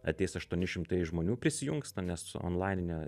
ateis aštuoni šimtai žmonių prisijungs ten nes onlaine